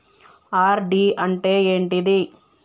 RD అంటే ఏంటిది?